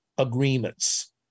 Agreements